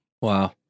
wow